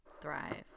Thrive